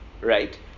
right